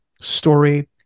story